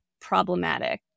problematic